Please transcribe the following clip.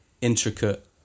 intricate